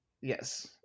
yes